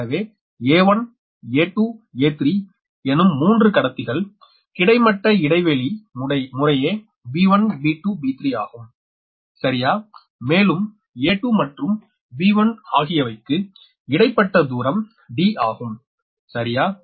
எனவே a1a2 a3 எனும் 3 கடத்திகள் கிடைமட்ட இடைவெளி முறையே b1 b2 b3ஆகும் சரியா மேலும் a2 மற்றும் b1 ஆகியவைக்கு இடைப்பட்ட தூரம் D ஆகும் சரியா